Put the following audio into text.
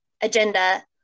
agenda